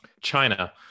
China